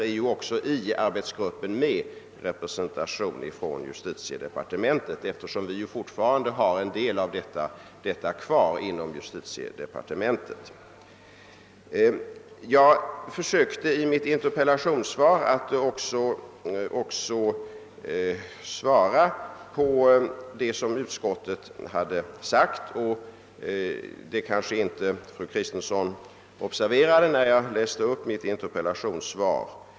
I denna arbetsgrupp finns även representation från justitiedepartementet eftersom justitiedepartementet fortfarande har kvar handläggningen av en del av dessa frågor. Jag försökte i mitt interpellationssvar kommentera även vad utskottet hade uttalat; det kanske inte fru Kristensson observerade när jag läste upp mitt svar.